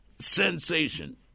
Sensation